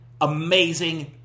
amazing